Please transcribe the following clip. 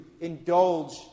indulge